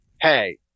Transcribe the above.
hey